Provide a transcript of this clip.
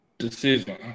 decision